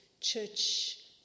church